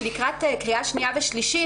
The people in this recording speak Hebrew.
שלקראת קריאה שנייה ושלישית,